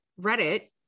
Reddit